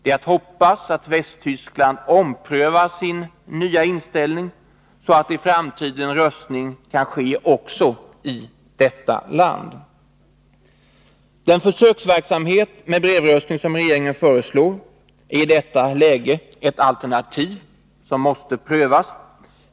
Det är att hoppas att Västtyskland omprövar sin nya inställning, så att i framtiden röstning kan ske också i detta land. Den försöksverksamhet med brevröstning som regeringen i detta läge föreslår är ett alternativ som måste prövas.